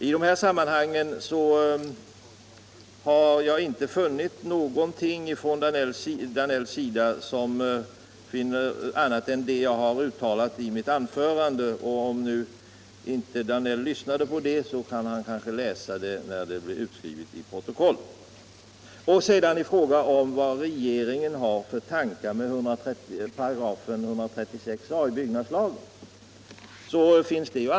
I dessa sammanhang har jag inte funnit någonting i herr Danells resonemang som skiljer sig från vad jag har sagt i mitt anförande. Om nu herr Danell inte lyssnade på det, kan han kanske läsa det när det blir utskrivet i protokollet. Det finns klart angivet vilka tankar regeringen har med 136 a § i byggnadslagen.